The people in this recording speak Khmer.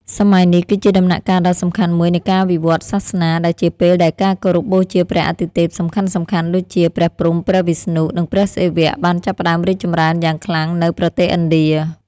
សម័យនេះគឺជាដំណាក់កាលដ៏សំខាន់មួយនៃការវិវឌ្ឍន៍សាសនា ដែលជាពេលដែលការគោរពបូជាព្រះអាទិទេពសំខាន់ៗដូចជា ព្រះព្រហ្ម ព្រះវិស្ណុ និងព្រះសិវៈ បានចាប់ផ្ដើមរីកចម្រើនយ៉ាងខ្លាំងនៅប្រទេសឥណ្ឌា។